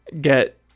get